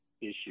issue